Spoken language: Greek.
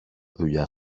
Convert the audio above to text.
δουλειά